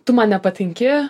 tu man nepatinki